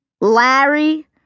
Larry